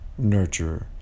nurturer